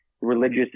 religious